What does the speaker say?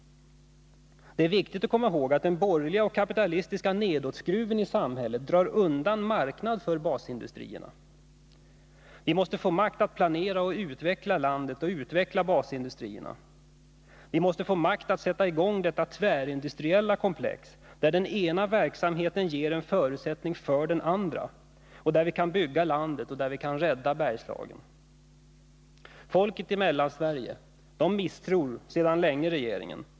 Det är viktigt att komma ihåg att den borgerliga och kapitalistiska nedåtskruven i samhället drar undan marknad för basindustrierna. Vi måste få makt att planera och utveckla landet och utveckla basindustrierna. Vi måste få makt att sätta i gång detta tvärindustriella komplex, där den ena verksamheten ger en förutsättning för den andra, där vi kan bygga landet och där vi kan rädda Bergslagen. Folket i Mellansverige misstror sedan länge regeringen.